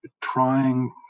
trying